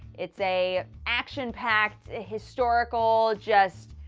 it's a. action-packed, historical, just.